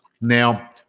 Now